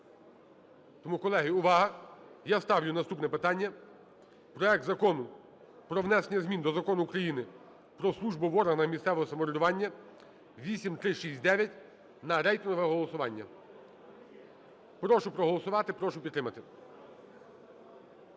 Тому, колеги, увага! Я ставлю наступне питання: проект Закону про внесення змін до Закону України "Про службу в органах місцевого самоврядування" (8369) на рейтингове голосування. Прошу проголосувати, прошу підтримати.